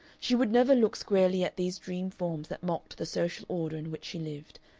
she would never look squarely at these dream forms that mocked the social order in which she lived,